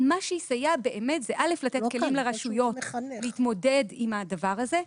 אבל מה שיסייע באמת זה לתת כלים לרשויות להתמודד עם הדבר הזה,